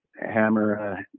hammer